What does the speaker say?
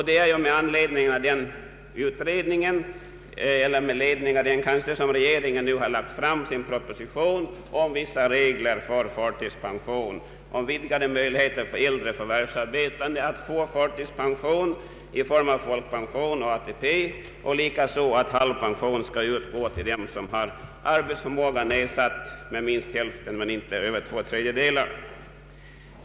Det är med ledning av denna utredning som regeringen nu har lagt fram sin proposition om vissa regler för förtidspension, vidgade möjligheter för äldre förvärvsarbetande att få förtidspension i form av folkpension och ATP och likaså förslaget att halv pension skall utgå till dem som har arbetsförmågan nedsatt med hälften men inte över två tredjedelar.